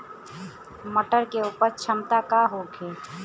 मटर के उपज क्षमता का होखे?